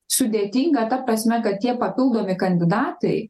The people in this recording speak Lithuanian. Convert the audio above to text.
sudėtinga ta prasme kad tie papildomi kandidatai